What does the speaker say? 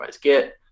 get